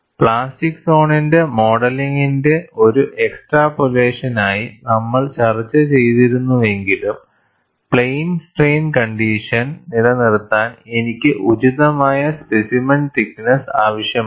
plastic സോണിന്റെ മോഡലിംഗിന്റെ ഒരു എക്സ്ട്രാപോളേഷനായി നമ്മൾ ചർച്ച ചെയ്തിരുന്നുവെങ്കിലുംപ്ലെയിൻ സ്ട്രെയിൻ കണ്ടീഷൻ നിലനിർത്താൻ എനിക്ക് ഉചിതമായ സ്പെസിമെൻ തിക്ക് നെസ്സ് ആവശ്യമാണ്